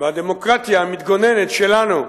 והדמוקרטיה המתגוננת שלנו,